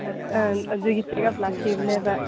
ꯑꯗꯨꯒꯤ check up ꯂꯥꯛꯈꯤꯕꯅꯦꯕ